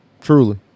Truly